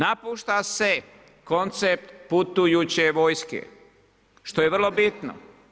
Napušta se koncept putujuće vojske, što je vrlo bitno.